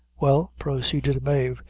well, proceeded mave,